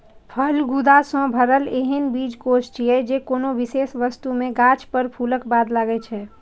फल गूदा सं भरल एहन बीजकोष छियै, जे कोनो विशेष ऋतु मे गाछ पर फूलक बाद लागै छै